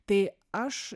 tai aš